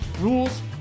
rules